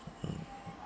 mm mm